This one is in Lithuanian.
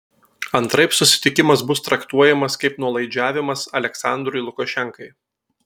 antraip susitikimas bus traktuojamas kaip nuolaidžiavimas aliaksandrui lukašenkai